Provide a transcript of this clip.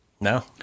No